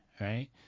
right